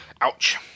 ouch